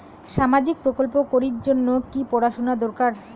সামাজিক প্রকল্প করির জন্যে কি পড়াশুনা দরকার?